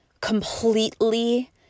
completely